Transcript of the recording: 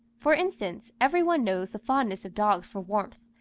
for instance, every one knows the fondness of dogs for warmth,